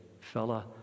fella